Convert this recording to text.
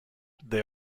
they